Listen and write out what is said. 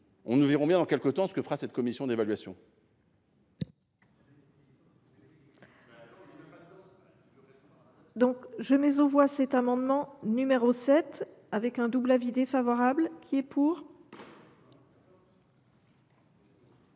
Nous verrons bien dans quelque temps ce que fera cette commission d’évaluation.